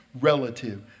relative